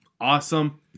awesome